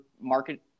market